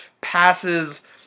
passes